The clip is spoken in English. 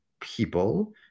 people